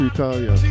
Italia